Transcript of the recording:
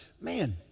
man